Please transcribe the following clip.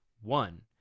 one